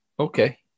Okay